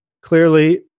clearly